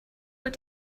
what